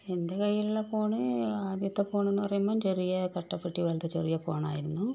എന്റെ കൈയിലുള്ള ഫോൺ ആദ്യത്തെ ഫോൺ എന്ന് പറയുമ്പം ചെറിയ കട്ട പെട്ടി പോലത്തെ ചെറിയ ഫോൺ ആയിരുന്നു